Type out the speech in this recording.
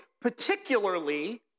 particularly